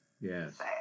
yes